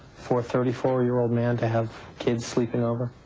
for a thirty four year old man to have kids sleeping over?